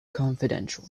confidential